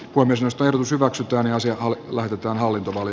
kun rostoituisivat laina asiakkaalle lähetetään hallintomalli